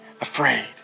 afraid